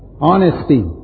honesty